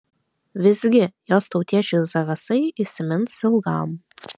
visgi jos tautiečiui zarasai įsimins ilgam